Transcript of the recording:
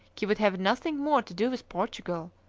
he would have nothing more to do with portugal,